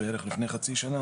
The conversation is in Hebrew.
בערך לפני חצי שנה,